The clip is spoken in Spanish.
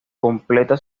completa